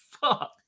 fuck